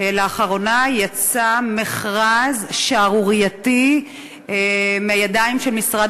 שלאחרונה יצא מכרז שערורייתי מהידיים של משרד